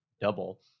double